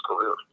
career